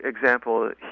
example